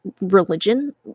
religion